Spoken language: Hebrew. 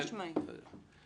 חד-משמעית.